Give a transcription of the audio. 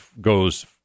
goes